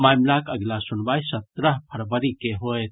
मामिलाक अगिला सुनवाई सत्रह फरवरी के होएत